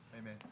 Amen